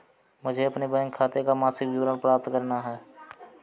मुझे अपने बैंक खाते का मासिक विवरण प्राप्त करना है?